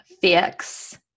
fix